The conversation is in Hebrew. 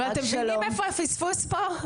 אבל אתם מבינים איפה הפספוס פה?